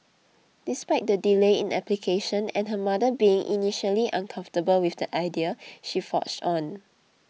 despite the delay in application and her mother being initially uncomfortable with the idea she forged on